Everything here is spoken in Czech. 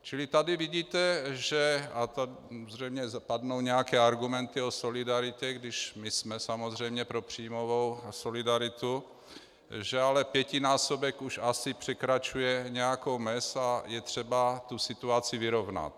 Čili tady vidíte, a to zřejmě padnou nějaké argumenty o solidaritě, když my jsme samozřejmě pro příjmovou solidaritu, že ale pětinásobek už asi překračuje nějakou mez a je třeba tu situaci vyrovnat.